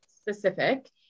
specific